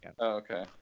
Okay